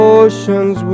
oceans